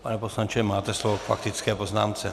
Pane poslanče, máte slovo k faktické poznámce.